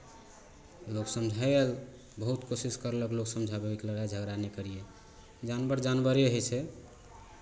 लोक समझायल बहुत कोशिश करलक लोक समझाबैके लड़ाइ झगड़ा नहि करिहेँ जानवर जानवरे होइ छै